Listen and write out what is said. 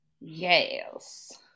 Yes